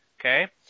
Okay